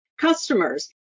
customers